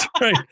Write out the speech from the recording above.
Right